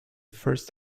first